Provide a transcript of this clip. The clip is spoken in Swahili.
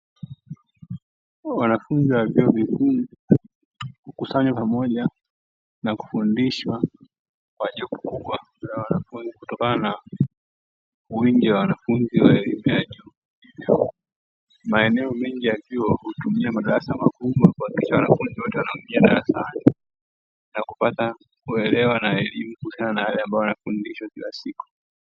Wanafunzi wa vyuo vikuu wakikusanywa kwa pamoja na kufundishwa kwa jopo kubwa la wanafunzi kutokana na wingi wa wanafunzi wa elimu ya juu, maeneo mengi ya vyuo hutumia madarasa makubwa kuhakikisha wanafunzi wengi wanaingia darasani na kupata uelewa na elimu kuhusiana na yale ambayo wanafundishwa kila siku.